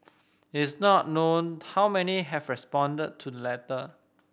it is not known how many have responded to letter